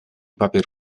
papier